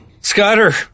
Scudder